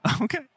Okay